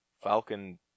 Falcon